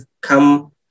come